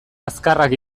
azkarrak